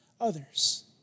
others